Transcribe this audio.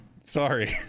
Sorry